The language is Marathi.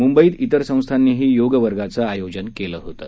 मुंबईत इतर संस्थांनीही योगवर्गाचे आयोजन केलं होतं